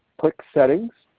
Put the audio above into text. click settings.